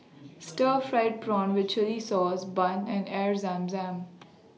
Stir Fried Prawn with Chili Sauce Bun and Air Zam Zam